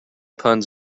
puns